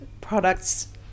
products